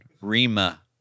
Rima